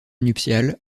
nuptiale